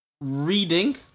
Reading